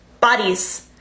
bodies